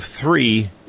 three